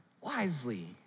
wisely